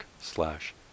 slash